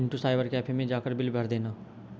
Pintu cyber cafe मैं जाकर bill भर देना